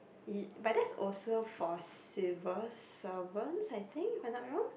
ee but that's also for civil servants I think if I'm not wrong